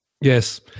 Yes